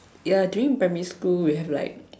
ya during primary school we have like